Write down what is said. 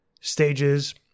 stages